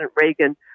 Reagan